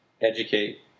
educate